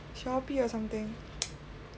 Shopee or something